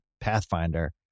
Pathfinder